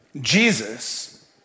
Jesus